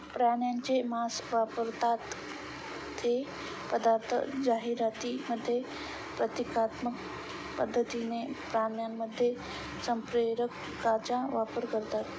प्राण्यांचे मांस वापरतात ते पदार्थ जाहिरातींमध्ये प्रतिकात्मक पद्धतीने प्राण्यांमध्ये संप्रेरकांचा वापर करतात